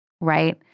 right